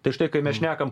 tai štai kai mes šnekam